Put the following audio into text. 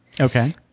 Okay